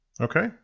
Okay